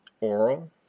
oral